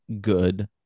good